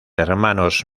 hermanos